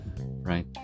right